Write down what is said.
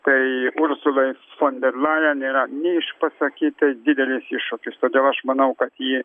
tai ursulai fonderlaijen yra neišpasakytai didelis iššūkis todėl aš manau kad ji